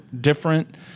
different